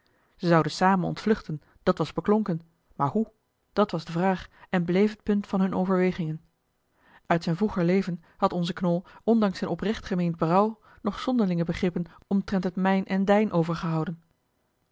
ze zouden samen ontvluchten dat was beklonken maar hoe dat was de vraag en bleef het punt van hunne overwegingen uit zijn vroeger leven had onze knol ondanks zijn oprecht gemeend berouw nog zonderlinge begrippen omtrent het mijn en dijn overgehouden